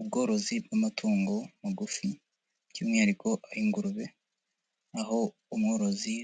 Ubworozi bw'amatungo magufi by'umwihariko ay'ingurube, aho umworozi